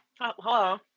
Hello